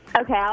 Okay